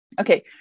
Okay